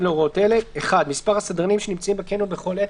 להוראות אלה: מספר הסדרנים שנמצאים בקניון בכל עת